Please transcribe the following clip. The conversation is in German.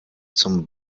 zum